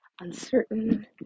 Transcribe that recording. uncertain